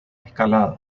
escalada